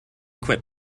quit